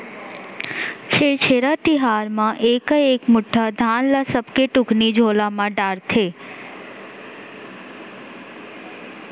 छेरछेरा तिहार म एकक मुठा धान ल सबके टुकनी झोला म डारथे